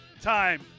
time